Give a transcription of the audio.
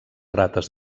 rates